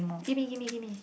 give me give me give me